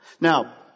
Now